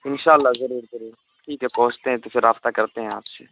انشاء اللہ ضرور ضرور ٹھیک ہے پہنچتے ہیں تو پھر رابطہ کرتے ہیں آپ سے